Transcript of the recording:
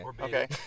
Okay